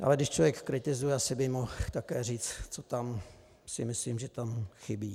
Ale když člověk kritizuje, asi by mohl také říci, co si myslí, že tam chybí.